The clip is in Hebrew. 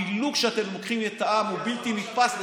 הפילוג שאתם לוקחים את העם הוא בלתי נתפס,